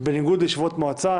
בבקשה,